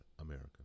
America